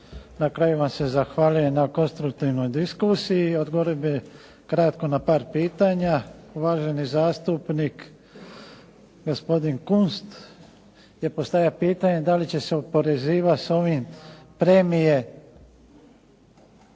Na kraju vam se zahvaljujem na konstruktivnoj diskusiji. I odgovorio bih na par pitanja. Uvaženi zastupnik gospodin Kunst je postavio pitanje, da li će se oporezivati s ovim premije